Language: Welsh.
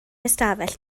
ystafell